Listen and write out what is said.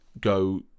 go